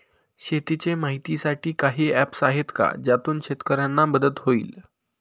शेतीचे माहितीसाठी काही ऍप्स आहेत का ज्यातून शेतकऱ्यांना मदत होईल?